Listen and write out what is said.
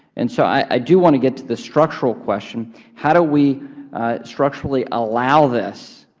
and so i do want to get to the structural question. how do we structurally allow this